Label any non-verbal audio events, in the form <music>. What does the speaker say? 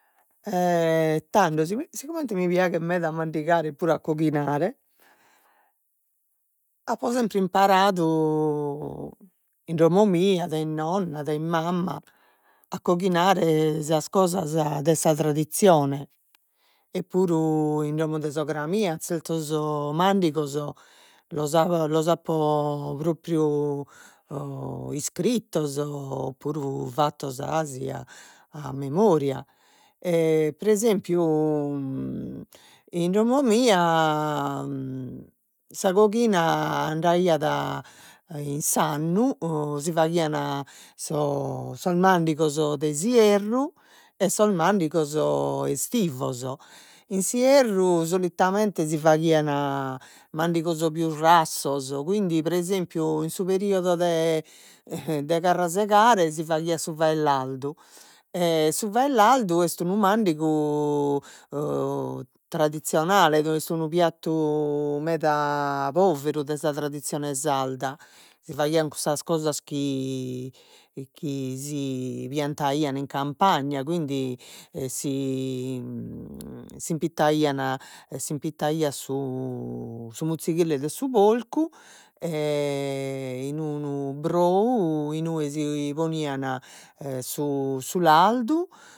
<hesitation> tando si si comente mi piaghet meda a mandigare e puru a coghinare, apo sempre imparadu in domo mia, de nonna, de mamma a coghinare sas cosas de sa tradizione e puru in domo de sogra mia zertos mandigos los <hesitation> los apo propriu o iscrittos o puru fattos 'asi a memoria, <hesitation> pre esempiu <hesitation> in domo mia <hesitation> sa coghina andaiat in s'annu si faghian sos sos mandigos de s'ierru e sos mandigos estivos, in s'ierru solitamente si faghian mandigos pius rassos, quindi pre esempiu in su periodo de carrasegare si faghiat su fae e lardu, e su fae e lardu est unu mandigu <hesitation> tradizionale, est unu piattu meda poveru de sa tradizione sarda, si faghian cussas cosas chi chi si piantaian in campagna, quindi si <hesitation> s'impitaian, s'impitaiat su muzzighile de su porcu e in unu brou inue si ponian <hesitation> su lardu